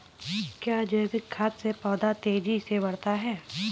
क्या जैविक खाद से पौधा तेजी से बढ़ता है?